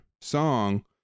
song